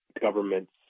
governments